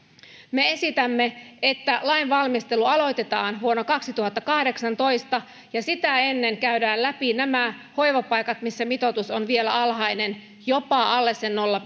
me esitämme että lain valmistelu aloitetaan vuonna kaksituhattakahdeksantoista ja sitä ennen käydään läpi nämä hoivapaikat missä mitoitus on vielä alhainen jopa alle sen nolla